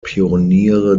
pioniere